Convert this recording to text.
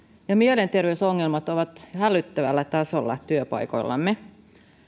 ja mielenterveysongelmat ovat hälyttävällä tasolla työpaikoillamme